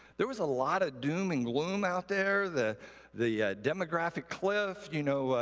there was a lot of doom and gloom out there. the the demographic cliff, you know,